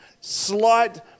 slight